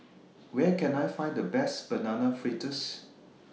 Where Can I Find The Best Banana Fritters